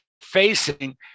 facing